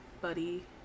buddy